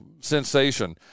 sensation